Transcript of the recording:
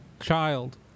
Child